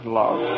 love